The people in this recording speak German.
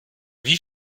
wie